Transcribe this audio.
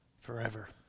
forever